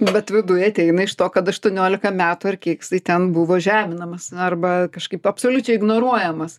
bet viduj ateina iš to kad aštuoniolika metų ar kiek jisai ten buvo žeminamas arba kažkaip absoliučiai ignoruojamas